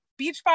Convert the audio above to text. Beachbody